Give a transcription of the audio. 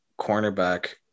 cornerback